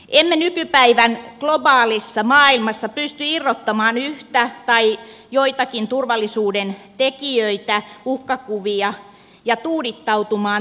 emme nykypäivän globaalissa maailmassa pysty irrottamaan yhtä tai joitakin turvallisuuden tekijöitä uhkakuvia ja tuudittautumaan turvallisuudentunteeseen